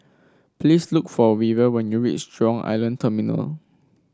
please look for Weaver when you reach Jurong Island Terminal